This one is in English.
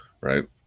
Right